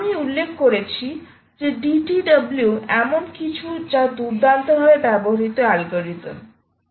আমি উল্লেখ করেছি যে DTW এমন কিছু যা দুর্দান্তভাবে ব্যবহৃত অ্যালগরিদম